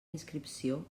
inscripció